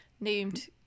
named